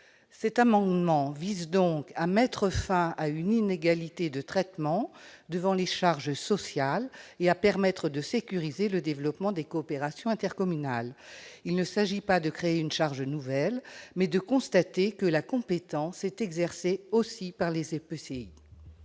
Cet amendement vise donc à mettre fin à cette inégalité de traitement devant les charges sociales et à permettre de sécuriser le développement des coopérations intercommunales. Il s'agit non pas de créer une charge nouvelle, mais de constater que cette compétence est exercée également par les EPCI.